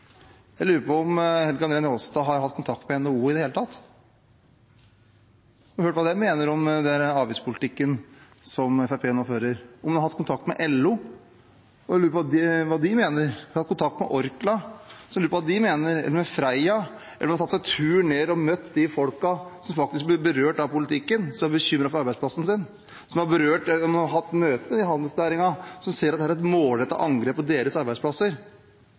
Jeg lurer på om Helge André Njåstad har hatt kontakt med NHO i det hele tatt, og hørt hva de mener om avgiftspolitikken som Fremskrittspartiet nå fører, om han har hatt kontakt med LO og lurt på hva de mener, om han har hatt kontakt med Orkla og lurt på hva de mener, eller med Freia – eller om han har tatt seg turen ned og møtt de folkene som faktisk blir berørt av politikken, som er bekymret for arbeidsplassen sin, om han har hatt møte med handelsnæringen, som ser at dette er et målrettet angrep på deres arbeidsplasser.